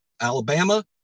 Alabama